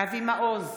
אבי מעוז,